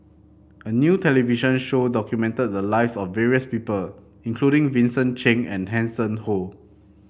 a new television show documented the lives of various people including Vincent Cheng and Hanson Ho